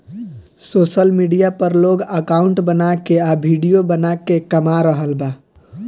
social media पर लोग account बना के आ विडिओ बना के कमा रहल बा